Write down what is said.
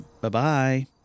Bye-bye